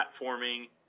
platforming